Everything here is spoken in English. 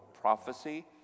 Prophecy